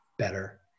better